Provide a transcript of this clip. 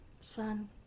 son